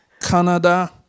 Canada